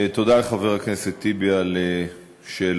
תודה לחבר הכנסת טיבי על שאלתו.